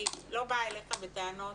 אני לא באה אליך בטענות.